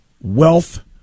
wealth